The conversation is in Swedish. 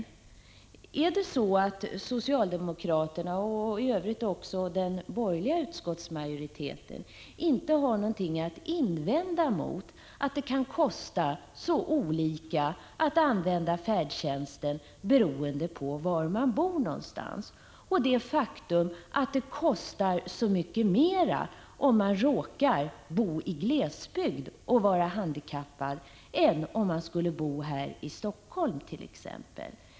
Har inte socialdemokraterna, eller de borgerliga i utskottsmajoriteten, något att invända mot att det kan kosta så olika att använda färdtjänst beroende på var man bor? Nöjer ni er med att konstatera att det kostar mycket mer om man är handikappad och råkar bo i glesbygd än om man bort.ex.